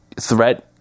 threat